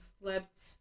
slept